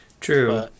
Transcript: true